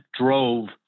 drove